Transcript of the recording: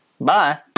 Bye